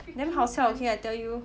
damn 好笑 okay I tell you